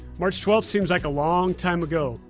march twelfth seems like a long time ago.